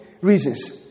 reasons